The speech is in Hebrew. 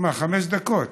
מה, חמש דקות?